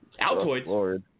Altoids